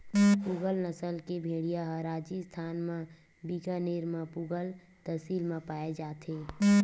पूगल नसल के भेड़िया ह राजिस्थान म बीकानेर म पुगल तहसील म पाए जाथे